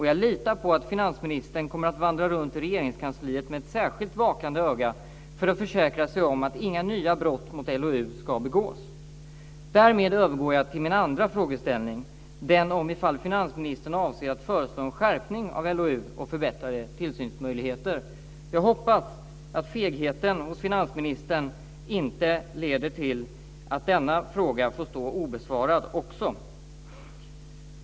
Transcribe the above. Jag litar på att finansministern kommer att vandra runt i Regeringskansliet med ett särskilt vakande öga för att försäkra sig om att inga nya brott mot LOU ska begås. Därmed övergår jag till min andra frågeställning, den om ifall finansministern avser att föreslå en skärpning av LOU och förbättrade tillsynsmöjligheter. Jag hoppas att fegheten hos finansministern inte leder till att också denna fråga får stå obesvarad.